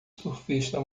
surfista